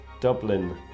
Dublin